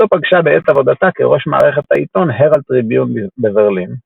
אותו פגשה בעת עבודתה כראש מערכת העיתון הראלד טריביון בברלין.